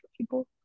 people